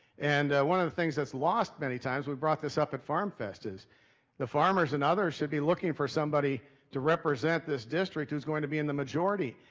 and ah one of the things that's lost many times, we've brought this up at farmfest is the farmers and others should be looking for somebody to represent this district who's going to be in the majority,